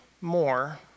more